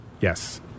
Yes